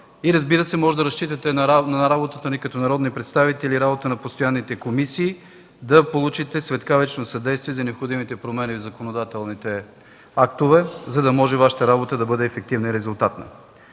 и, разбира се, можете да разчитате на работата ни като народни представители и на работата на постоянните комисии да получите светкавично съдействие за необходимите промени в законодателните актове, за да може Вашата работа да бъде ефективна и резултатна.